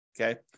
okay